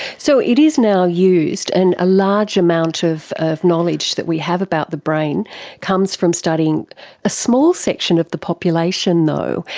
so it is now used, and a large amount of of knowledge that we have about the brain comes from studying a small section of the population though.